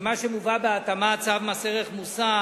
שמה שמובא בהתאמה צו מס ערך מוסף,